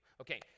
Okay